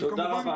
תודה רבה.